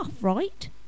right